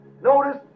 Notice